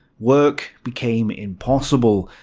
work became impossible.